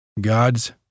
God's